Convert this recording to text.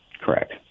Correct